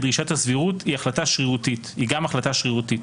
דרישת הסבירות היא גם החלטה שרירותית.